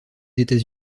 états